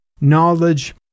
knowledge